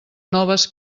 noves